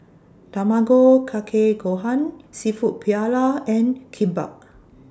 Tamago Kake Gohan Seafood Paella and Kimbap